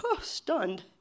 stunned